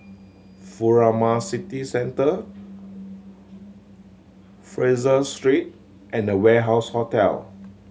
Furama City Centre Fraser Street and The Warehouse Hotel